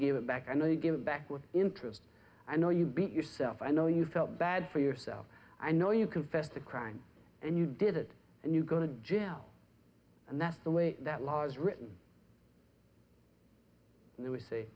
gave it back and now you give it back with interest i know you beat yourself i know you felt bad for yourself i know you confessed the crime and you did it and you go to jail and that's the way that law is written and they w